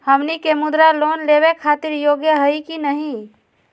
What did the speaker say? हमनी के मुद्रा लोन लेवे खातीर योग्य हई की नही?